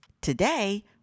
Today